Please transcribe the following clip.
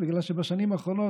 שבגלל שבשנים האחרונות,